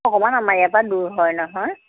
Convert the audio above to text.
অকণমান আমাৰ ইয়াৰপৰা দূৰ হয় নহয়